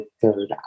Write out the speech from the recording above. third